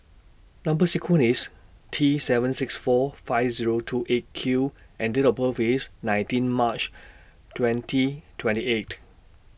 Number sequence IS T seven six four five Zero two eight Q and Date of birth IS nineteen March twenty twenty eight